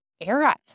era